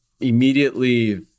immediately